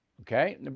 Okay